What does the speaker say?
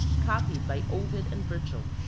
copied by ovid and virgil,